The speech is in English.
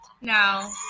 now